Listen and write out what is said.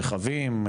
רכבים,